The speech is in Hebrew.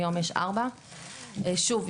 היום יש 4. שוב,